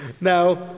Now